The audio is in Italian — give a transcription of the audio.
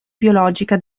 biologica